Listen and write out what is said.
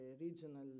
regional